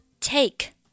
take